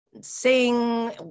sing